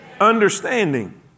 Understanding